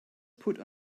put